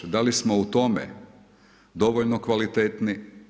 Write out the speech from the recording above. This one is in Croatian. Da li smo u tome dovoljno kvalitetni?